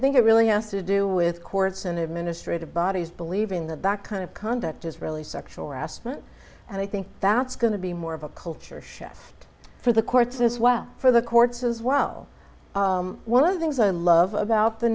think it really has to do with courts and administrative bodies believe in the back kind of conduct is really sexual harassment and i think that's going to be more of a culture shock for the courts this well for the courts as well one of the things i love about the